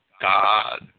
God